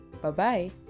Bye-bye